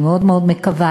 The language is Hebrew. אני מאוד מאוד מקווה,